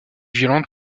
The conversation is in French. violente